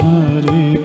Hari